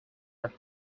are